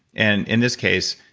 and in this case,